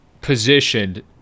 positioned